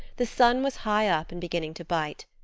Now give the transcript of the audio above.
the sun was high up and beginning to bite.